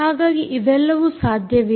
ಹಾಗಾಗಿ ಇವೆಲ್ಲವೂ ಸಾಧ್ಯವಿದೆ